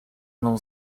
mną